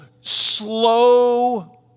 slow